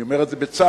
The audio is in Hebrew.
אני אומר את זה בצער.